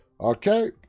Okay